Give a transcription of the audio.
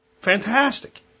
Fantastic